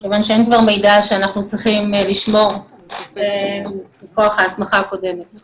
כיוון שאין כבר מידע שאנחנו צריכים לשמור מכוח ההסמכה הקודמת.